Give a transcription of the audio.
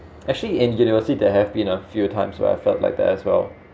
actually ingenuously there have been a few times where I felt like that as well